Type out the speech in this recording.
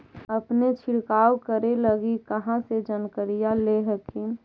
अपने छीरकाऔ करे लगी कहा से जानकारीया ले हखिन?